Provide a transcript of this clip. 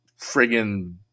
friggin